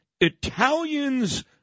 Italians